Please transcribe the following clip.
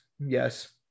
Yes